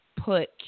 put